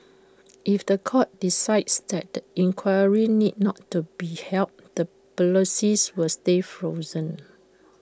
if The Court decides that the inquiry need not to be held the policies will stay frozen